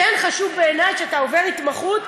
כן חשוב בעיני שכשאתה עובר התמחות,